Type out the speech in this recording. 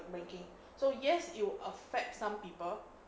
ranking so yes it'll affect some people